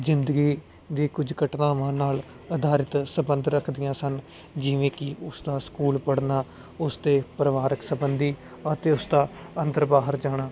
ਜ਼ਿੰਦਗੀ ਦੇ ਕੁਝ ਘਟਨਾਵਾਂ ਨਾਲ ਅਧਾਰਿਤ ਸਬੰਧ ਰੱਖਦੀਆਂ ਸਨ ਜਿਵੇਂ ਕੀ ਉਸਦਾ ਸਕੂਲ ਪੜ੍ਹਨਾ ਉਸ ਤੇ ਪਰਿਵਾਰਿਕ ਸੰਬੰਧੀ ਅਤੇ ਉਸਦਾ ਅੰਦਰ ਬਾਹਰ ਜਾਣਾ